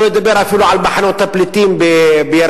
ושלא לדבר אפילו על מחנות הפליטים בירדן,